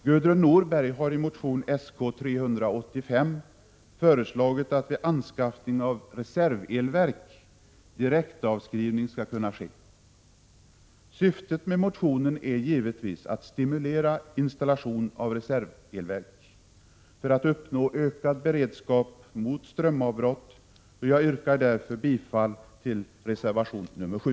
Gudrun Norberg har i motion Sk385 föreslagit att vid anskaffning av reservelverk direktavskrivning skall kunna ske. Syftet med motionen är givetvis att stimulera installation av reservelverk för att uppnå ökad beredskap mot strömavbrott, och jag yrkar därför bifall till reservation nr 7.